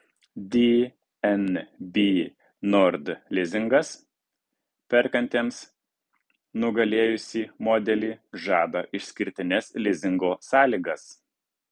dnb nord lizingas perkantiems nugalėjusį modelį žada išskirtines lizingo sąlygas